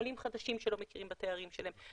עולים חדשים שלא מכירים בתארים שלהם,